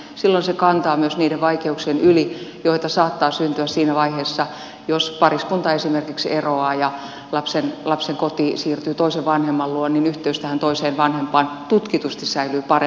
silloin se kantaa myös niiden vaikeuksien yli joita saattaa syntyä ja siinä vaiheessa jos pariskunta esimerkiksi eroaa ja lapsen koti siirtyy toisen vanhemman luo yhteys tähän toiseen vanhempaan tutkitusti säilyy parempana